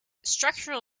structural